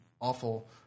awful